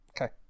Okay